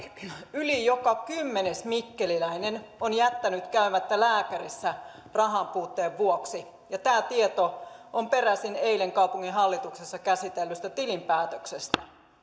kuin joka kymmenes mikkeliläinen on jättänyt käymättä lääkärissä rahan puutteen vuoksi tämä tieto on peräisin eilen kaupunginhallituksessa käsitellystä tilinpäätöksestä